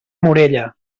morella